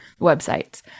websites